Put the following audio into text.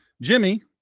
Jimmy